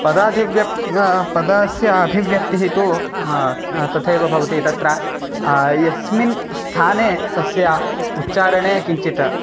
पदातिः पदस्य अभिव्यक्तिः तु तथैव भवति तत्र यस्मिन् स्थाने तस्य उच्चारणे किञ्चित्